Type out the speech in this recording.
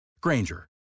Granger